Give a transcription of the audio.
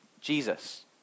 Jesus